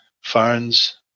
phones